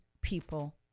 people